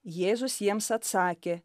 jėzus jiems atsakė